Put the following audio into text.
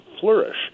flourish